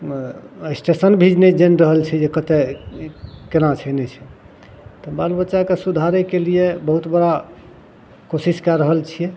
नहि स्टेशन भी नहि जानि रहल छै जे कतए कोना छै नहि छै तऽ बाल बच्चाकेँ सुधारैके लिए बहुत बड़ा कोशिश कै रहल छिए